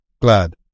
glad